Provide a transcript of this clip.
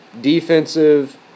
defensive